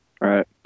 Right